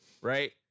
right